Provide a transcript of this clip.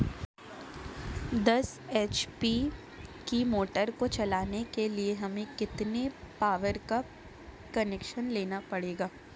दस एच.पी की मोटर को चलाने के लिए हमें कितने पावर का कनेक्शन लेना पड़ेगा?